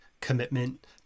commitment